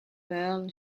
perl